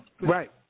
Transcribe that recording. Right